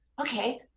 okay